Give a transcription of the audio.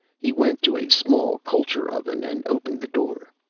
he went to a small culture oven and opened the door.